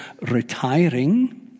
retiring